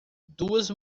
duas